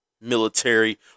military